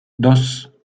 dos